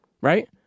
right